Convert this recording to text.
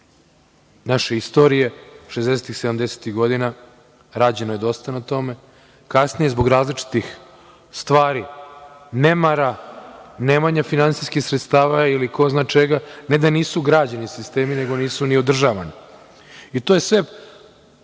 naše istorije, 60-ih, 70-ih godina rađeno je dosta na tome, kasnije zbog različitih stvari, nemara, nemanja finansijskih sredstava ili ko zna čega, ne da nisu građeni sistemi, nego nisu ni održavani i to je sve